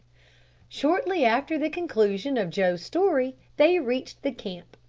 shortly after the conclusion of joe's story they reached the camp,